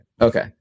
Okay